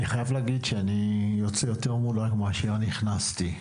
אני חייב להגיד שאני יוצא יותר מודאג מאשר נכנסתי.